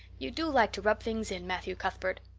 you do like to rub things in, matthew cuthbert.